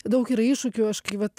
daug yra iššūkių aš kai vat